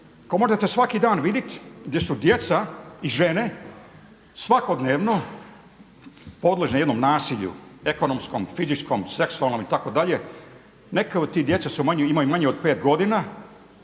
koju možete svaki dan vidjeti gdje su djeca i žene svakodnevno podložne jednom nasilju ekonomskom, fizičkom, seksualnom itd. neke od te djece imaju manje od pet godina